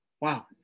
Wow